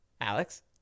Alex